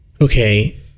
okay